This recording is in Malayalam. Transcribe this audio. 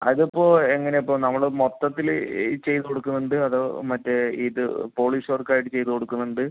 അതിപ്പോൾ എങ്ങനെയാണ് ഇപ്പോൾ നമ്മള് മൊത്തത്തില് ചെയ്തുകൊടുക്കുന്നുണ്ട് അതോ മറ്റേ ഇത് പോളിഷ് വർക്കായിട്ട് ചെയ്തു കൊടുക്കുന്നുണ്ട്